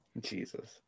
Jesus